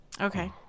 Okay